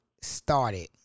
started